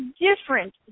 different